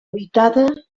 habitada